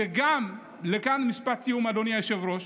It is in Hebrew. וגם, משפט סיום, אדוני היושב-ראש,